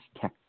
tech